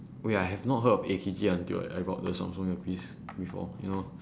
wait I have not heard of A_K_G until like I got the samsung earpiece before you know